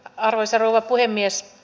arvoisa rouva puhemies